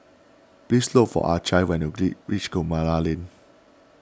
please look for Acy when you agree reach Guillemard Lane